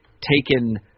taken